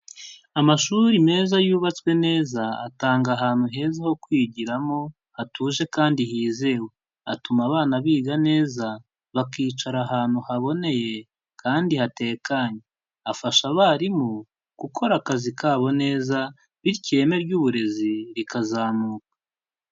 Amashuri meza yubatswe neza atanga ahantu heza ho kwigiramo hatuje kandi hizewe. Atuma abana biga neza, bakicara ahantu haboneye kandi hatekanye. Afasha abarimu gukora akazi kabo neza bityo ireme ry'uburezi rikazamuka.